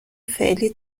فعلی